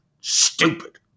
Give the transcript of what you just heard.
stupid